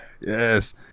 yes